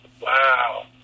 Wow